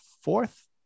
fourth